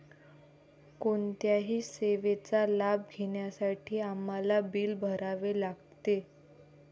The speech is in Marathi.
कोणत्याही सेवेचा लाभ घेण्यासाठी आम्हाला बिल भरावे लागते